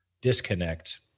disconnect